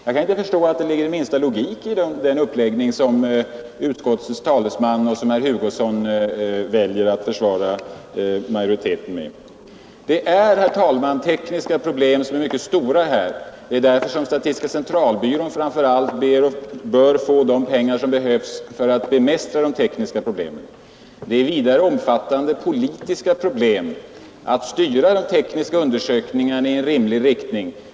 Jag kan inte förstå att det ligger den minsta logik i den uppläggning som utskottets talesman och herr Hugosson väljer att försvara majoriteten med. Det finns, herr talman, mycket stora tekniska problem här. Det är därför som statistiska centralbyrån framför allt bör få de pengar som behövs för att bemästra de tekniska problemen. Det är vidare omfattande politiska problem att styra de tekniska undersökningarna i en rimlig riktning.